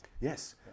Yes